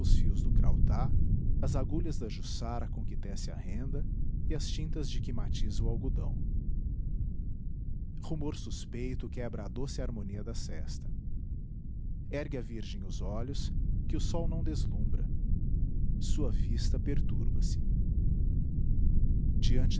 fios do crautá as agulhas da juçara com que tece a renda e as tintas de que matiza o algodão rumor suspeito quebra a doce harmonia da sesta ergue a virgem os olhos que o sol não deslumbra sua vista perturba se diante